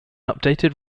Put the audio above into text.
updated